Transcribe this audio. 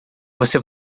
você